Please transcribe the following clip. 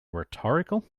rhetorical